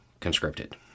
conscripted